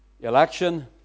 Election